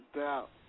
doubt